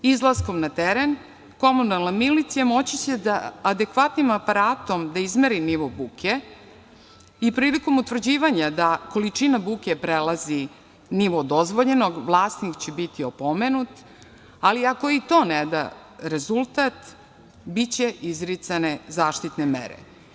Izlaskom na teren komunalna milicija moći će adekvatnim aparatom da izmeri nivo buke i prilikom utvrđivanja da količina buke prelazi nivo dozvoljenog, vlasnik će biti opomenut, ali ako i to ne da rezultat biće izricane zaštitne mere.